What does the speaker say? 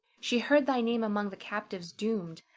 she heard thy name among the captives doomed,